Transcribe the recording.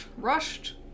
Rushed